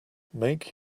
make